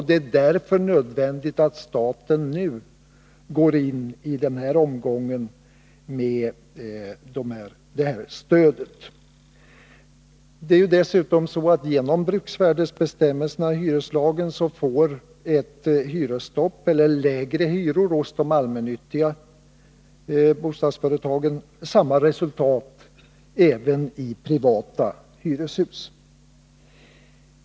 Det är därför nödvändigt att staten i den här omgången går in med detta stöd. Genom bruksvärdesbestämmelserna i hyreslagen får som bekant ett hyresstopp eller lägre hyror hos de allmännyttiga bostadsföretagen samma resultat även i privata hyreshus.